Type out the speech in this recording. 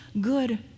good